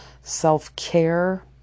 self-care